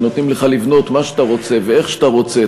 ונותנים לך לבנות מה שאתה רוצה ואיך שאתה רוצה,